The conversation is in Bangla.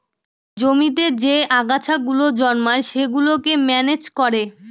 জমিতে যে আগাছা গুলো জন্মায় সেগুলোকে ম্যানেজ করে